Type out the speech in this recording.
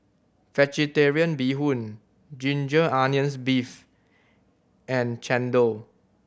Vegetarian Bee Hoon ginger onions beef and chendol